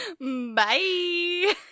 Bye